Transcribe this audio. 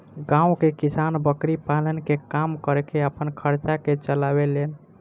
गांव के किसान बकरी पालन के काम करके आपन खर्चा के चलावे लेन